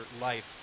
life